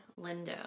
Lindo